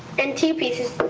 and two pieces